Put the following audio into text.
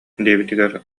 диэбитигэр